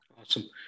Awesome